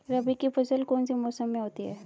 रबी की फसल कौन से मौसम में होती है?